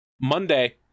Monday